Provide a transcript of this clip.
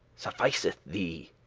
sufficeth thee,